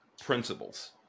principles